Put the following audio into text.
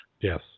Yes